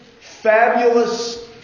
fabulous